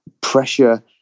pressure